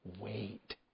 wait